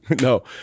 No